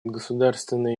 государственные